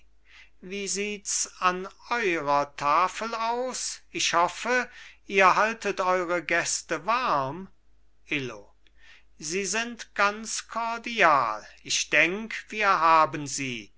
wie siehts an eurer tafel aus ich hoffe ihr haltet eure gäste warm illo sie sind ganz kordial ich denk wir haben sie